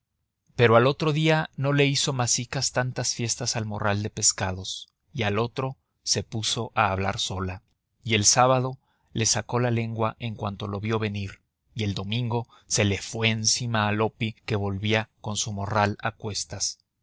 pero al otro día no le hizo masicas tantas fiestas al morral de pescados y al otro se puso a hablar sola y el sábado le sacó la lengua en cuanto lo vio venir y el domingo se le fue encima a loppi que volvía con su morral a cuestas